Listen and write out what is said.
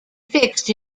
fixed